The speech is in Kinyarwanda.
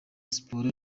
siporo